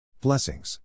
Blessings